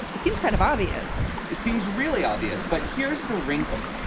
it seems kind of obvious it seems really obvious. but here's the wrinkle.